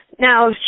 Now